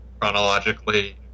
chronologically